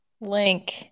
Link